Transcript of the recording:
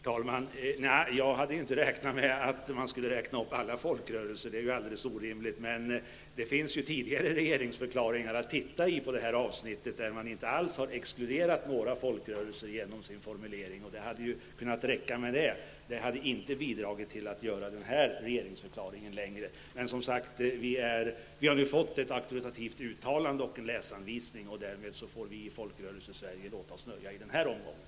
Herr talman! Jag hade inte väntat mig att man skulle räkna upp alla folkrörelser. Det är ju alldeles orimligt. Det finns ju tidigare regeringsförklaringar att tillgå, där man inte har exkluderat några folkrörelser genom sin formulering. Det hade varit tillräckligt att titta på dem, vilket inte hade bidragit till att göra denna regeringsförklaring längre. Vi har nu fått ett auktoritativt uttalande och en läsanvisning. Därmed får vi i Folkrörelsesverige låta oss nöja.